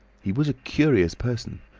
he was a curious person.